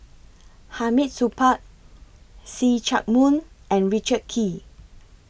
Hamid Supaat See Chak Mun and Richard Kee